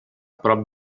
prop